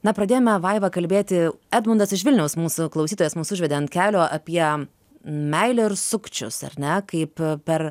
na pradėjome vaiva kalbėti edmundas iš vilniaus mūsų klausytojas mus užvedė ant kelio apie meilę ir sukčius ar ne kaip per